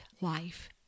life